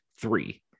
three